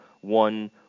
one